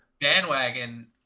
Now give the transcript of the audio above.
bandwagon